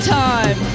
time